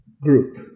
Group